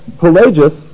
Pelagius